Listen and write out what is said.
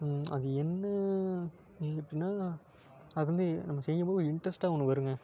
அது என்ன எப்படின்னா அது வந்து நம்ம செய்யும்போது ஒரு இன்ட்ரெஸ்டாக ஒன்று வருங்க